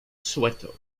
soweto